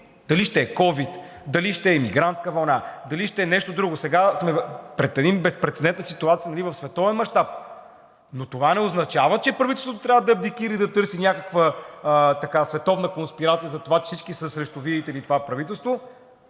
дали ще е ковид, дали ще е мигрантска вълна, дали ще е нещо друго. Сега сме пред една безпрецедентна ситуация в световен мащаб, но това не означава, че правителството трябва да абдикира и да търси някаква световна конспирация за това, че всички са срещу, видите ли, срещу това правителство,